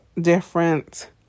different